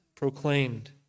proclaimed